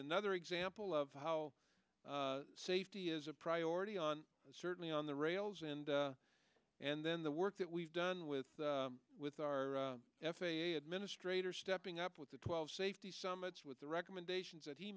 another example of how safety is a priority on certainly on the rails and and then the work that we've done with with our f a a administrator stepping up with the twelve safety summits with the recommendations that he